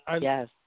Yes